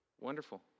Wonderful